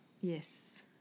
Yes